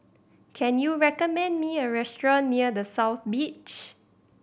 can you recommend me a restaurant near The South Beach